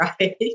right